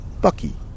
bucky